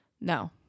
no